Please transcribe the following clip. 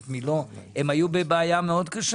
לא ראיתי שהנושא הזה מגיע לכאן כדי שמשרדי הממשלה